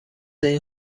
این